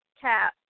cat